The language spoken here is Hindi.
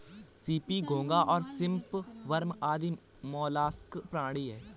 सीपी, घोंगा और श्रिम्प वर्म आदि मौलास्क प्राणी हैं